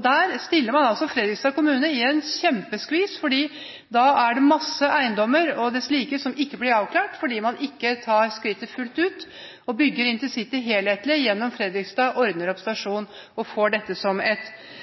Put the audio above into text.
Da setter man Fredrikstad kommune i en kjempeskvis, fordi det mangler avklaring for mange eiendommer og dets like, fordi man ikke tar skrittet fullt ut og bygger intercity helhetlig gjennom Fredrikstad, ordner opp med stasjon og får dette som et